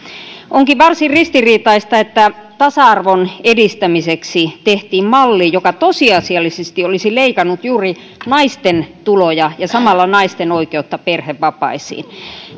onkin varsin ristiriitaista että tasa arvon edistämiseksi tehtiin malli joka tosiasiallisesti olisi leikannut juuri naisten tuloja ja samalla naisten oikeutta perhevapaisiin